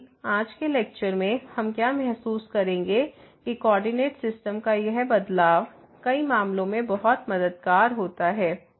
लेकिन आज के लेक्चर में हम क्या महसूस करेंगे कि कोऑर्डिनेट सिस्टम का यह बदलाव कई मामलों में बहुत मददगार होता है